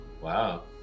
Wow